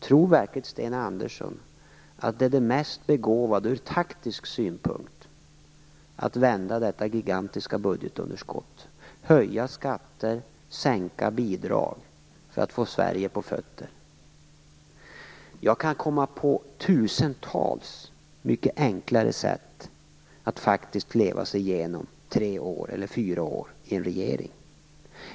Tror verkligen Sten Andersson att det mest begåvade ur taktisk synpunkt är att vända detta gigantiska budgetunderskott, höja skatter och sänka bidrag för att få Sverige på fötter? Jag kan komma på tusentals mycket enklare sätt att leva sig igenom fyra år i regeringsställning.